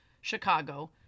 Chicago